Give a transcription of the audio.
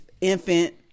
Infant